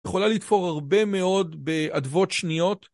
יכולה לתפור הרבה מאוד באדוות שניות.